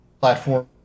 platform